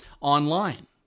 online